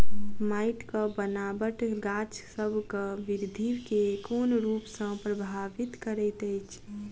माइटक बनाबट गाछसबक बिरधि केँ कोन रूप सँ परभाबित करइत अछि?